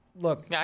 Look